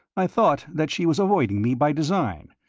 i thought that she was avoiding me by design,